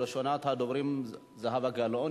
ראשונת הדוברים היא חברת הכנסת גלאון,